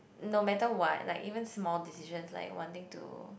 no matter what like even small decisions like wanting to